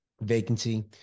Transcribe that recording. vacancy